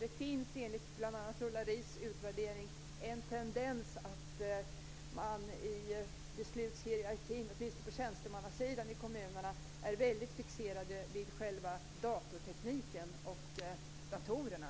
Det finns enligt bl.a. Ulla Riis utvärdering en tendens att man i beslutshierarkin åtminstone på tjänstemannasidan i kommunerna är väldigt fixerad vid själva datortekniken och datorerna.